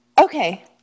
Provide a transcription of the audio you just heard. Okay